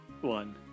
one